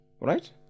right